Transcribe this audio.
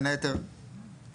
בין היתר תחנות,